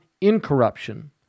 incorruption